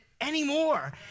anymore